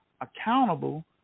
accountable